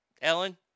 Ellen